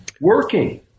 working